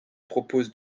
propose